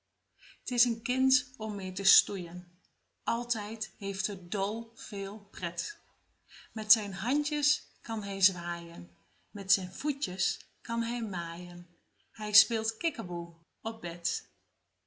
t is een kind om mee te stoeien altijd heeft het dol veel pret met zijn handjes kan hij zwaaien met zijn voetjes kan hij maaien hij speelt kiekeboe op